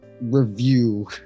review